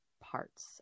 parts